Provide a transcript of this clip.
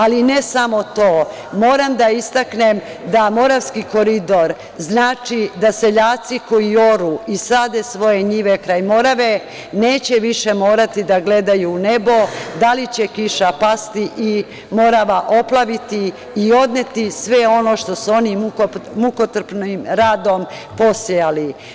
Ali, ne samo to, moram da istaknem da Moravski koridor znači da seljaci koji oru i sade svoje njive kraj Morave neće više morati da gledaju u nebo da li će kiša pasti i Morava oplaviti i odneti sve ono što su oni mukotrpnim radom posejali.